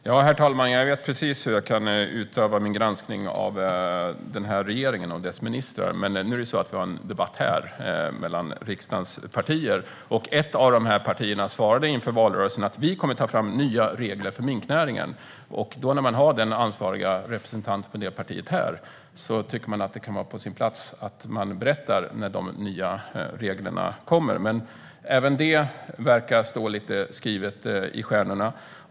Herr talman! Jag vet precis hur jag kan utöva min granskning av den här regeringen och dess ministrar. Men nu har vi en debatt här mellan riksdagens partier. Ett av dessa partier svarade inför valrörelsen: Vi kommer att ta fram nya regler för minknäringen. När man har den ansvariga representanten för det partiet här kan det vara på sin plats att han berättar när de nya reglerna kommer. Men även det verkar stå skrivet i stjärnorna.